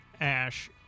Ash